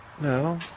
No